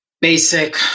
basic